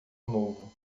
novo